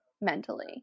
mentally